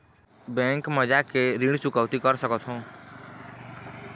Bank मा जाके भी ऋण चुकौती कर सकथों?